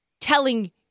telling